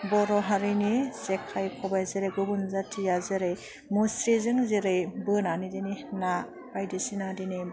बर' हारिनि जेखाय खबाइ जेरै गुबुन जाथिया जेरै मुस्रिजों जेरै बोनानै बिदिनो ना बायदिसिना दिनै